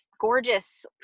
gorgeous